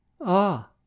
Ah